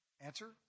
Answer